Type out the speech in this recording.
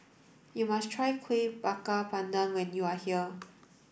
you must try Kuih Bakar Pandan when you are here